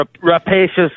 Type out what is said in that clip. rapacious